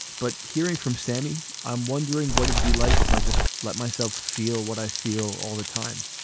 but hearing from sammy, i'm wondering what it'd be like if i just let myself feel what i feel all the time.